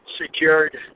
secured